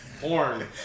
Porn